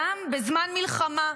גם בזמן מלחמה.